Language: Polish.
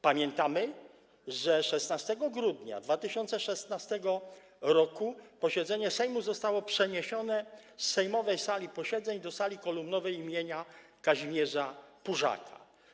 Pamiętamy, że 16 grudnia 2016 r. posiedzenie Sejmu zostało przeniesione z sejmowej sali posiedzeń do sali kolumnowej im. Kazimierza Pużaka.